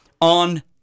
on